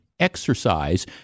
exercise